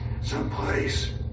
someplace